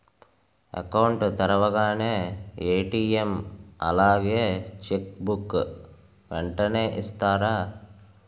Account తెరవగానే ATM అలాగే cheque book వెంటనే ఇస్తారా?